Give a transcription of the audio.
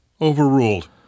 Overruled